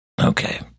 Okay